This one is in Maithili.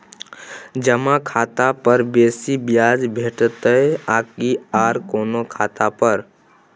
जमा खाता पर बेसी ब्याज भेटितै आकि आर कोनो खाता पर?